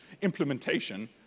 implementation